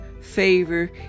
favor